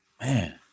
Man